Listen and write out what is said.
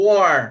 War